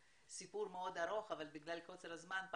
סיפור מאוד ארוך אבל מפאת קוצר הזמן לא אספר אותו.